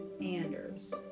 Anders